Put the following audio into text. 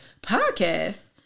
podcast